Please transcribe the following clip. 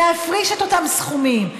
להפריש את אותם סכומים?